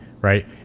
right